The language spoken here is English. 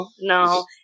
no